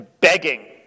begging